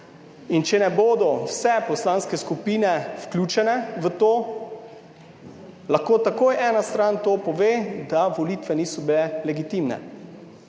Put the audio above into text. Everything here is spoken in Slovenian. In če ne bodo vse poslanske skupine vključene v to, lahko takoj ena stran to pove, da volitve niso bile legitimne.